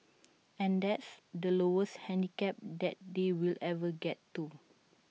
and that's the lowest handicap that they'll ever get to